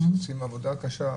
שעושים עבודה קשה.